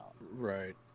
Right